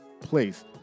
place